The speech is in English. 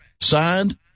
Signed